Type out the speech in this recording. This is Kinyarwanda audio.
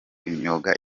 imyuga